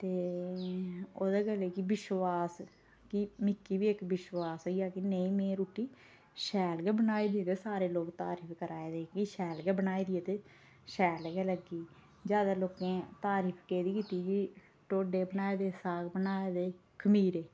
ते ओह्दे कन्नै कि विश्वास कि मिगी बी इक्क विश्वास होइया कि नेईं में बी रुट्टी शैल गै बनाई दी ते सारे लोग तारीफ करा दे ते शैल गै बनाई दी ते शैल गै लग्गी जादै लोकें तारीफ केह्दी कीती की ढोडे बनाए दे साग बनाए दे खमीरे